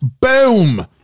Boom